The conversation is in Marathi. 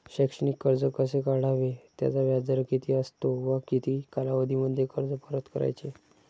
शैक्षणिक कर्ज कसे काढावे? त्याचा व्याजदर किती असतो व किती कालावधीमध्ये कर्ज परत करायचे?